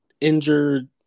injured